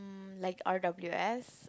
um like r_w_s